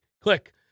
Click